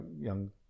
young